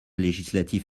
législatif